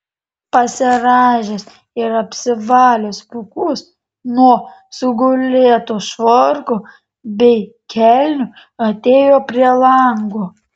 pasirąžęs ir apsivalęs pūkus nuo sugulėto švarko bei kelnių atėjo prie lango